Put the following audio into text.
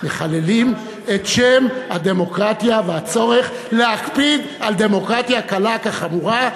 מחללים את שם הדמוקרטיה ואת הצורך להקפיד על דמוקרטיה קלה כחמורה.